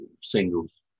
singles